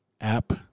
app